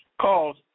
calls